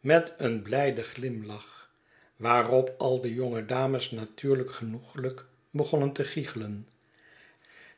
met een blijden glimlach waarop al de jonge dames natuurlijk genoegelijk begonnen te giggelen